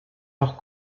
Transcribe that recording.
auch